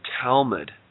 Talmud